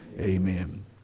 Amen